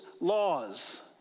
laws